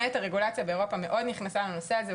באמת הרגולציה באירופה מאוד נכנסה לנושא הזה,